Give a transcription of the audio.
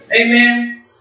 amen